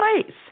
place